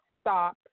stop